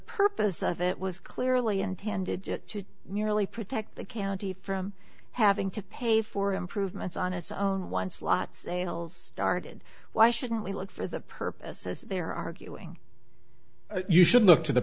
purpose of it was clearly intended to merely protect the county from having to pay for improvements on its own once lots started why shouldn't we look for the purposes they're arguing you should look to the